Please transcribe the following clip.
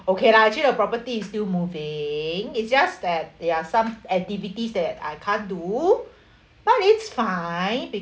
okay lah actually the property is still moving it's just that they are some activities that I can't do but it's fine